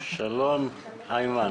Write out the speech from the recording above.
עמיחי,